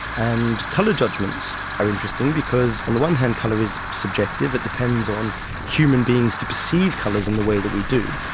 and colour judgments are interesting because on the one hand colour is subjective, it depends on human beings to perceive colours in the way that we do,